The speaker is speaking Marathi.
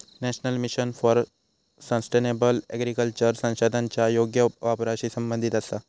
national mission for sustainable agriculture संसाधनांच्या योग्य वापराशी संबंधित आसा